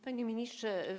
Panie Ministrze!